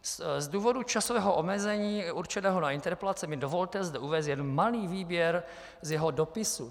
Z důvodu časového omezení určeného na interpelace mi dovolte zde uvést jen malý výběr z jeho dopisu.